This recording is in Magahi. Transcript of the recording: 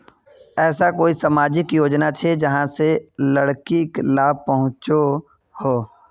कोई ऐसा सामाजिक योजना छे जाहां से लड़किक लाभ पहुँचो हो?